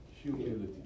Humility